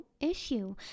issue